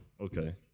Okay